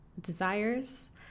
desires